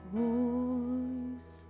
voice